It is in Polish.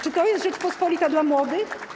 Czy to jest Rzeczpospolita dla młodych?